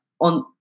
on